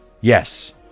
Yes